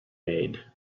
made